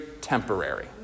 temporary